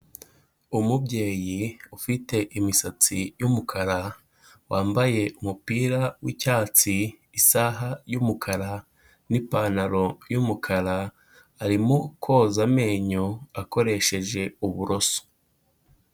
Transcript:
Umubyeyi ufite imisatsi y'umukara wambaye umupira w'icyatsi isaha y'umukara n'ipantaro y'umukara arimo koza amenyo akoresheje uburoso.